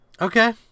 Okay